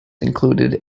included